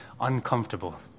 uncomfortable